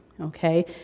Okay